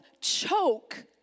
choke